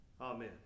Amen